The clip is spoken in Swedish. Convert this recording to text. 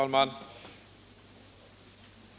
Herr talman!